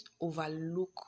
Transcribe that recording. overlook